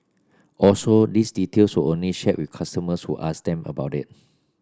also these details only shared with customers who asked them about it